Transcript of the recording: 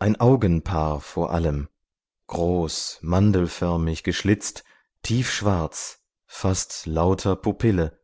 ein augenpaar vor allem groß mandelförmig geschlitzt tiefschwarz fast lauter pupille